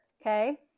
okay